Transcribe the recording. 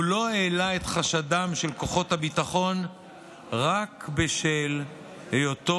הוא לא העלה את חשדם של כוחות הביטחון רק בשל היותו